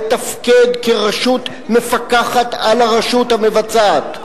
לתפקד כרשות מפקחת על הרשות המבצעת.